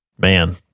Man